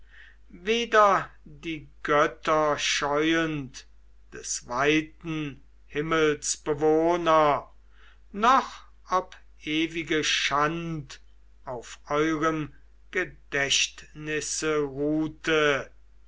weder die götter scheuend des weiten himmels bewohner noch ob ewige schand auf eurem gedächtnisse ruhte